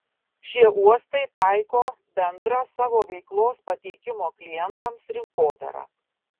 šie uostai taiko bendrą savo veiklos pateikimo klientams rinkodarą